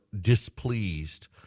displeased